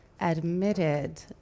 admitted